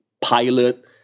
pilot